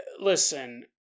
Listen